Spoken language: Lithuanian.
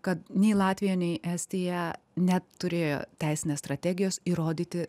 kad nei latvija nei estija neturėjo teisinės strategijos įrodyti